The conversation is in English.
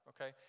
okay